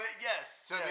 yes